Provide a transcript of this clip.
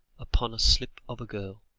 upon a slip of a girl,